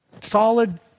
Solid